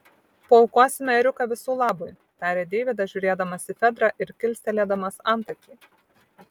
paaukosime ėriuką visų labui tarė deividas žiūrėdamas į fedrą ir kilstelėdamas antakį